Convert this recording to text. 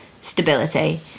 stability